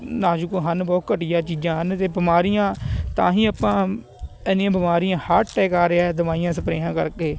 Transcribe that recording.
ਨਾਜ਼ੁਕ ਹਨ ਬਹੁਤ ਘਟੀਆ ਚੀਜ਼ਾਂ ਹਨ ਅਤੇ ਬਿਮਾਰੀਆਂ ਤਾਂ ਹੀ ਆਪਾਂ ਏਨੀਆਂ ਬਿਮਾਰੀਆਂ ਹਾਰਟ ਅਟੈਕ ਆ ਰਿਹਾ ਦਵਾਈਆਂ ਸਪਰੇਹਾਂ ਕਰਕੇ